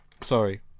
Sorry